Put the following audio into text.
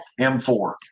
M4